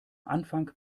anfang